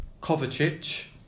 Kovacic